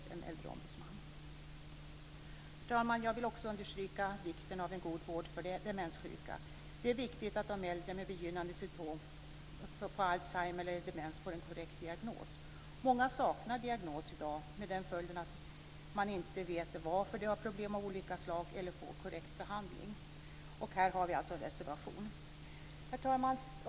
Herr talman! Jag vill också understryka vikten av en god vård för de demenssjuka. Det är viktigt att de äldre med begynnande symtom på alzheimer eller demens får en korrekt diagnos. Många saknar i dag diagnos, med den följden att de varken vet varför de har problem av olika slag eller får korrekt behandling. Här har vi alltså en reservation. Herr talman!